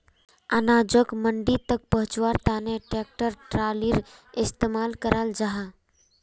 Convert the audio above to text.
अनाजोक मंडी तक पहुन्च्वार तने ट्रेक्टर ट्रालिर इस्तेमाल कराल जाहा